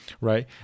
right